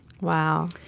Wow